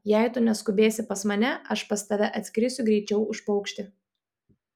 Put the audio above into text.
jei tu neskubėsi pas mane aš pas tave atskrisiu greičiau už paukštį